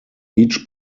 each